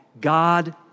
God